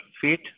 feet